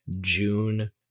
June